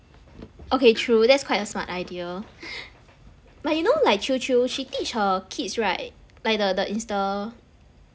okay true there's quite a smart idea but you know like qiu qiu she teach her kids right like the the Insta